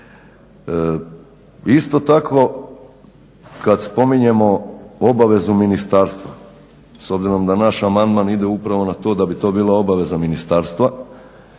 Isto tako kad spominjemo obavezu ministarstva, s obzirom da naš amandman ide upravo na to da bi to bila obaveza ministarstva,